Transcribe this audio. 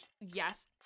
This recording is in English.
yes